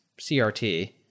CRT